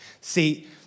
See